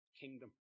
kingdom